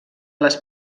les